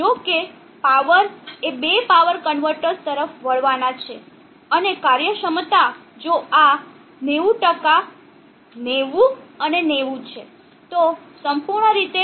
જો કે પાવર એ બે પાવર કન્વર્ટર્સ તરફ વળવાના છે અને કાર્યક્ષમતા જો આ 90 90 અને 90 છે તો સંપૂર્ણ રીતે 80 કાર્યક્ષમતા છે